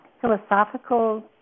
philosophical